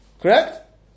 Correct